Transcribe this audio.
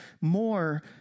more